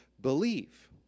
believe